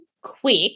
quick